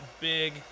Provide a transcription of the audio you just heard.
big